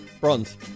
Bronze